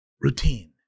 routine